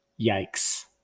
Yikes